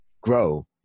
grow